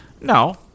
No